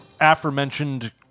aforementioned